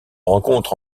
rencontre